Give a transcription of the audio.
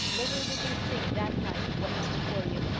little did you think that night what was before you.